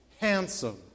handsome